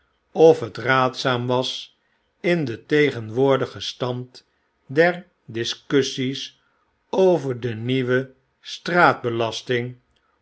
of het raadzaam was in den tegenwoordigen stand der discussies over de nieuwe